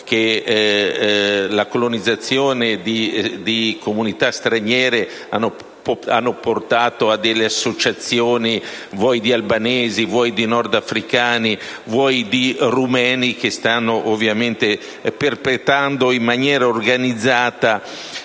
che la colonizzazione di comunità straniere ha portato ad associazioni di albanesi, di nordafricani o di romeni, che stanno perpetrando in maniera organizzata